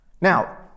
Now